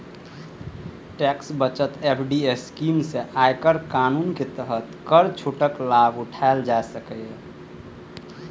tax बचत FD scheme सं आयकर कानून के तहत कर छूटक लाभ उठाएल जा सकैए